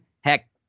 Heck